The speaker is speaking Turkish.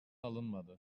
alınmadı